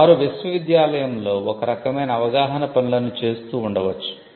వారు విశ్వవిద్యాలయంలో ఒక రకమైన అవగాహన పనులను చేస్తూ ఉండవచ్చు